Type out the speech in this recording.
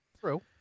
True